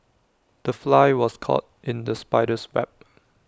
the fly was caught in the spider's web